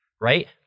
right